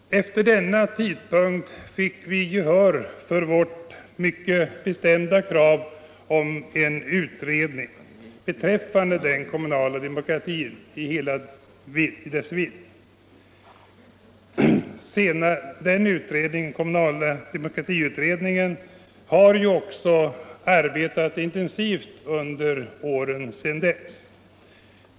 Efter denna tidpunkt fick vi gehör för vårt bestämda krav om en utredning beträffande den kommunala demokratin i hela dess vidd. Den kommunala demokratiutredningen har ju också arbetat intensivt under de därpå följande åren.